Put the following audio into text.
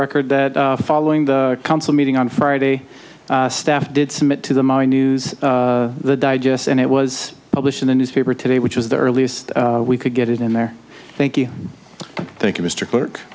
record that following the council meeting on friday staff did submit to the my news the digests and it was published in the newspaper today which is the earliest we could get it in there thank you thank you mr clerk